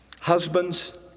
Husbands